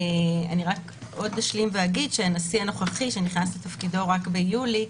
אני רק אשלים ואגיד שהנשיא הנוכחי שנכנס לתפקידו רק ביולי,